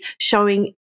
showing